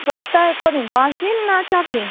সপ্তাহে কদিন পাঁচ দিন না চার দিন